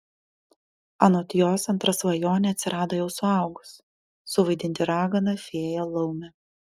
anot jos antra svajonė atsirado jau suaugus suvaidinti raganą fėją laumę